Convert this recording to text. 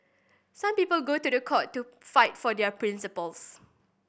some people go to the court to fight for their principles